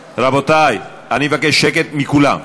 רבותי, אני אבקש שקט מכולם.